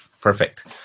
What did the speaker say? Perfect